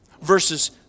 Verses